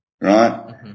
right